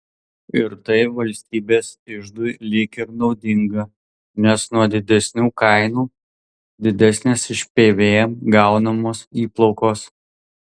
ir tai valstybės iždui lyg ir naudinga nes nuo didesnių kainų didesnės iš pvm gaunamos įplaukos